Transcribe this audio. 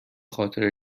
خاطر